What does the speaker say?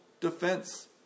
defense